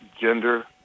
gender